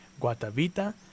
Guatavita